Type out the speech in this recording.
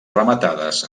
rematades